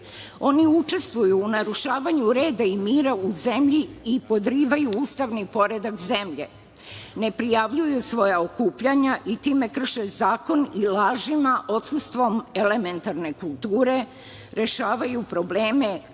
učestvuju u narušavanju reda i mira u zemlji i podrivaju ustavni poredak zemlje, ne prijavljuju svoja okupljanja i time krše zakon i lažima. Odsustvom elementarne kulture rešavaju probleme